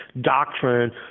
doctrine